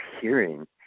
hearing